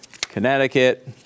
Connecticut